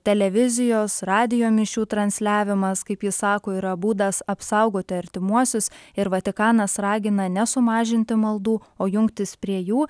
televizijos radijo mišių transliavimas kaip jis sako yra būdas apsaugoti artimuosius ir vatikanas ragina nesumažinti maldų o jungtis prie jų